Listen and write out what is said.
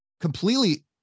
completely